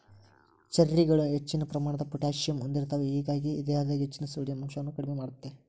ಚೆರ್ರಿಗಳು ಹೆಚ್ಚಿನ ಪ್ರಮಾಣದ ಪೊಟ್ಯಾಸಿಯಮ್ ಹೊಂದಿರ್ತಾವ, ಹೇಗಾಗಿ ದೇಹದಾಗ ಹೆಚ್ಚಿನ ಸೋಡಿಯಂ ಅಂಶವನ್ನ ಕಡಿಮಿ ಮಾಡ್ತೆತಿ